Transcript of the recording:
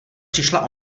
přišla